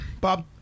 Bob